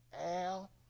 Al